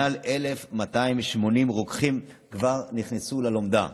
מעל 1,280 רוקחים כבר נכנסו ללומדה,